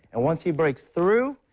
and once he breaks through,